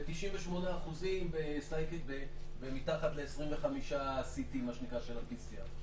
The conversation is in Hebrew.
ב-98% --- ומתחת ל-25 CT של ה-PCR.